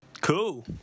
Cool